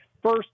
First